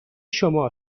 شما